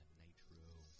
nitro